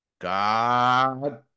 God